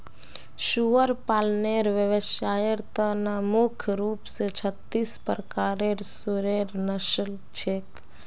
सुअर पालनेर व्यवसायर त न मुख्य रूप स छत्तीस प्रकारेर सुअरेर नस्ल छेक